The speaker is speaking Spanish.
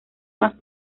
más